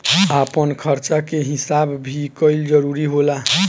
आपन खर्चा के हिसाब भी कईल जरूरी होला